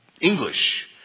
English